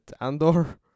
Andor